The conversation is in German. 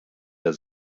der